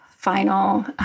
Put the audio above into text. final